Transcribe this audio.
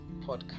podcast